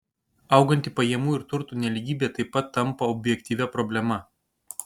auganti pajamų ir turto nelygybė taip pat tampa objektyvia problema